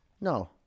No